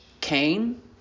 Cain